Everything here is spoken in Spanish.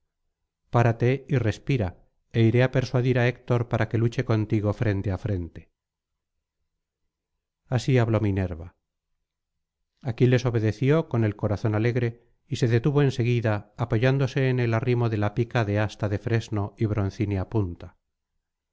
párate y respira é iré á persuadir á héctor para que luche contigo frente á frente así habló minerva aquiles obedeció con el corazón alegre y se detuvo en seguida apoyándose en el arrimo de la pica de asta de fresno y broncínea punta